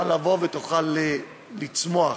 ותהיה צמיחה,